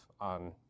on